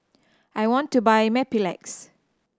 I want to buy Mepilex